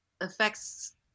affects